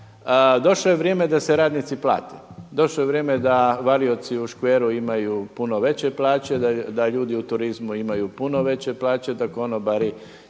došlo je vrijeme da se radnici plate, došlo je vrijeme da varioci u Škveru imaju puno veće plaće, da ljudi u turizmu imaju puno veće plaće, da konobari